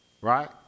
Right